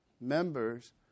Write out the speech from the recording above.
members